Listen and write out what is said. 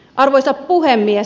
arvoisa puhemies